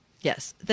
Yes